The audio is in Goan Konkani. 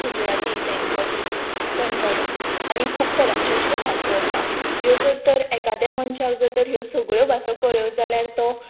गुजराती बेंगॉली कन्नड आनी खूब तरांच्यो अश्यो भासो आसा ह्यो जर तर एकाद्या मनशाक जर तर ह्यो सगळ्यो भासो कळ्यो जाल्यार तो